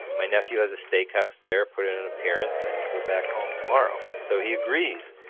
my nephew has a steakhouse there. put in an appearance and then you go back home tomorrow. so, he agrees,